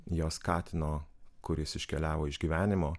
jos katino kuris iškeliavo iš gyvenimo